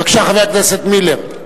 בבקשה, חבר הכנסת מילר.